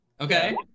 Okay